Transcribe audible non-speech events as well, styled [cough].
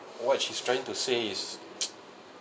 what she's trying to say is [noise]